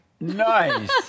Nice